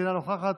אינה נוכחת,